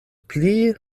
pli